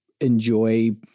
enjoy